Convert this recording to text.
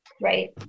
Right